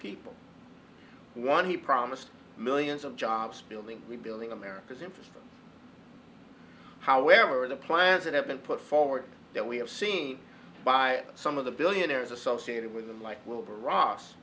people one he promised millions of jobs building rebuilding america's interest however the plans that have been put forward that we have seen by some of the billionaires associated with him like wilbur ross